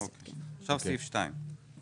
כרגע זה עומד על 25 אחוזים.